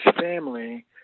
family